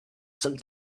some